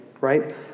right